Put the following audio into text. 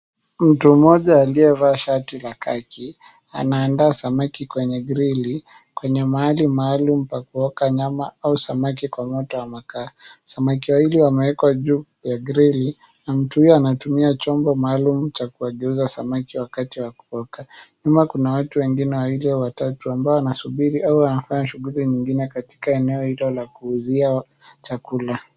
Mtu mmoja aliyevaa shati la kaki anaanda samaki kwenye grili kwenye mahali maalum pa kuoka nyama au samaki kwa moto wa makaa. Samaki wawili wamewekwa juu ya grili na mtu huyo anatumia chombo maalum cha kuwageuza samaki wakati wa kuoka. Nyuma kuna watu wengine wawili au watatu ambao wanasubiria au wanafanya shughuli zingine katika eneo hilo la kuuzia chakula.